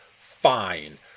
Fine